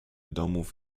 domów